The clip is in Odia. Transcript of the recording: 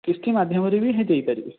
କିସ୍ତି ମାଧ୍ୟମରେ ବି ଦେଇପାରିବେ